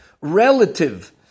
relative